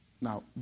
Now